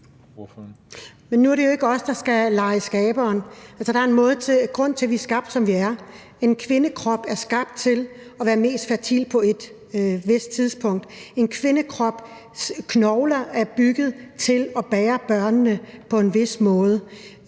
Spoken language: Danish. Men nu er det jo ikke os, der skal lege skaberen. Altså, der er en grund til, at vi er skabt, som vi er. En kvindekrop er skabt til at være mest fertil på et vist tidspunkt. En kvindekrops knogler er bygget til at bære børnene på en vis måde.